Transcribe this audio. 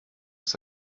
ist